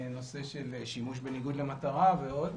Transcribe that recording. נושא של שימוש בניגוד למטרה ועוד.